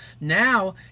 now